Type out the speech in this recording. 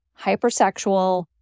hypersexual